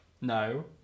no